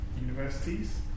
universities